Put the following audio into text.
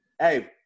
Hey